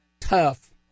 Tough